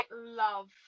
love